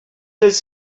does